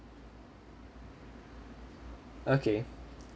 okay